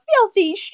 filthy